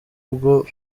bwo